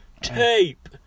Tape